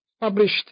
published